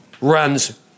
runs